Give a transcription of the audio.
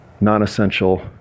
non-essential